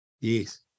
Yes